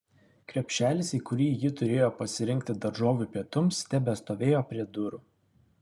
krepšelis į kurį ji turėjo pasirinkti daržovių pietums tebestovėjo prie durų